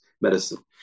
medicine